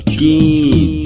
good